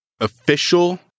official